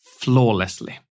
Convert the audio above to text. flawlessly